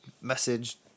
message